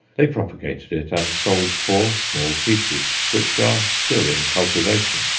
they propagated it, and sold four small pieces, which are still in cultivation.